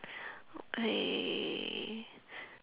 okay